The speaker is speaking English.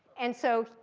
and so,